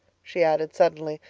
she added suddenly,